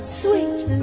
sweet